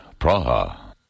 Praha